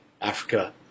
Africa